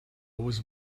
was